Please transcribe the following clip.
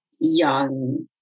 young